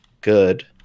good